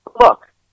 look